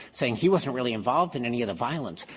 saying he wasn't really involved in any of the violence,